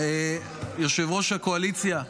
יושב-ראש הקואליציה,